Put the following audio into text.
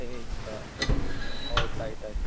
ꯑꯩ ꯍꯣꯏ ꯇꯥꯏꯌꯦ ꯇꯥꯏꯌꯦ